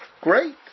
great